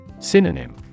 Synonym